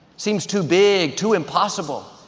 seems too big, too impossible.